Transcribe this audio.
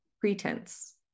pretense